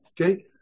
Okay